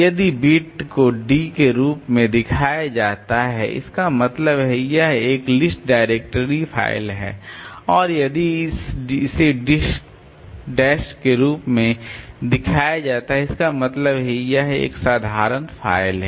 यदि बिट को d के रूप में दिखाया गया है इसका मतलब है यह एक लिस्ट डायरेक्टरी फ़ाइल है और यदि इसे डैश के रूप में दिखाया गया है इसका मतलब है कि यह एक साधारण फाइल है